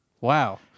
Wow